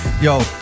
Yo